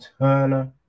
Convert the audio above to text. Turner